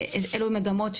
אלו מגמות שהן,